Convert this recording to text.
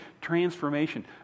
transformation